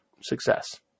success